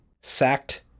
Sacked